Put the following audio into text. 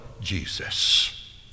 Jesus